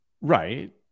Right